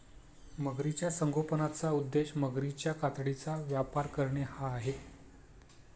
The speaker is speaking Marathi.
मगरीच्या संगोपनाचा उद्देश मगरीच्या कातडीचा व्यापार करणे हा आहे